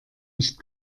nicht